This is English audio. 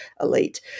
elite